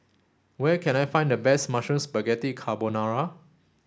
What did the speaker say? where can I find the best Mushroom Spaghetti Carbonara